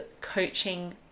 coaching